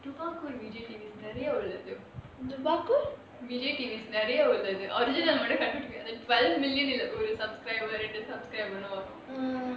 டுபாக்கூர்:dubaakoor vijay T_V நெறய வருது அது கண்டுபிடிக்க முடியல:neraya varuthu kandupidika mudiyala